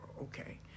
okay